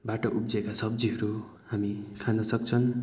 बाट उब्जेका सब्जीहरू हामी खान सक्छौँ